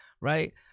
right